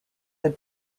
had